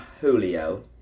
Julio